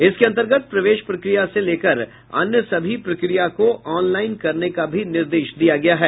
इसके अंतर्गत प्रवेश प्रक्रिया से लेकर अन्य सभी प्रक्रिया को ऑनलाईन करने का भी निर्देश दिया गया है